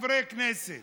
כחברי כנסת